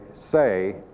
say